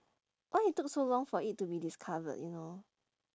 why it took so long for it to be discovered you know